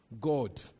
God